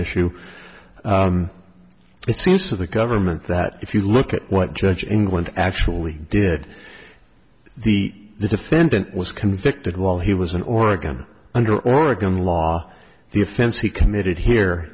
issue it seems to the government that if you look at what judge england actually did the defendant was convicted while he was in oregon under oregon law the offense he committed here